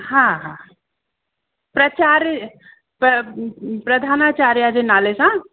हा हा प्रचार प्र प्रधानाचार्या जे नाले सां